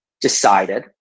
decided